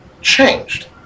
changed